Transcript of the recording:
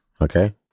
okay